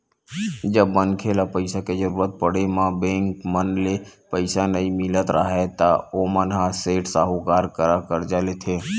जब मनखे ल पइसा के जरुरत पड़े म बेंक मन ले पइसा नइ मिलत राहय ता ओमन ह सेठ, साहूकार करा करजा लेथे